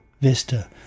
Vista